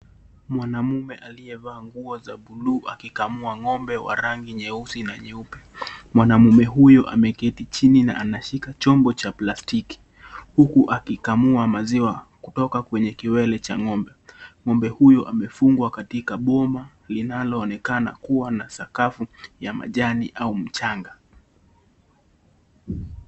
Mwanaume aliye vaa nguo za buluu akikamua ng'ombe wa rangi nyeusi na nyeupe, mwanaume huyo ameketi chini na ameshika chombo cha plastiki, huku akikamua maziwa Kutoka kwenye kiwele Cha ng'ombe. Ng'ombe huyu amefungwa katika boma linaloonekana kuwa na sakafu ya majani au mchanga.